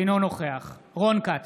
אינו נוכח רון כץ,